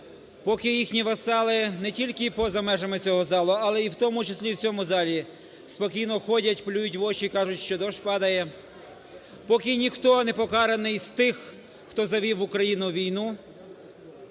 поки їхні васали не тільки поза межами цього залу, але в тому числі в цьому залі, спокійно ходять, плюють в очі і кажуть, що дощ падає, поки ніхто не покараний з тих, хто завів в Україну війну,